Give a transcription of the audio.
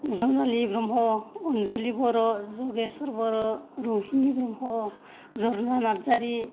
Jonali Brahma Anjuli Boro Jageswar Boro Rahini Brahma Jarna Narzary